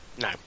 No